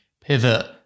pivot